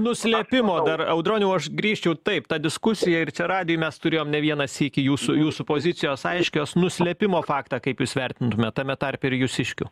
nuslėpimo dar audroniau aš grįžčiau taip tą diskusiją ir čia radijuj mes turėjom ne vieną sykį jūsų jūsų pozicijos aiškios nuslėpimo faktą kaip jūs vertintumėt tame tarpe ir jūsiškių